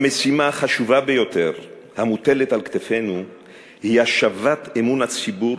המשימה החשובה ביותר המוטלת על כתפינו היא השבת אמון הציבור,